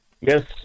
Yes